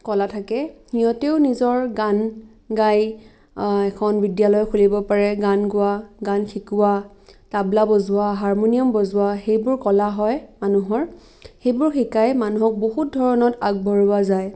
কলা থাকে সিহঁতেও নিজৰ গান গাই এখন বিদ্যালয় খুলিব পাৰে গান গোৱা গান শিকোৱা তাবলা বজোৱা হাৰমনিয়াম বজোৱা সেইবোৰ কলা হয় মানুহৰ সেইবোৰ শিকাই মানুহক বহুত ধৰণত আগবঢ়োৱা যায়